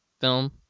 film